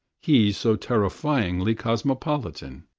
he so terrifyingly cosmopolitan.